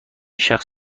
شخص